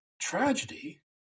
tragedy